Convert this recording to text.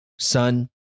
Son